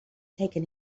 taken